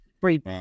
three